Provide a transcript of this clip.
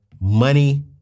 money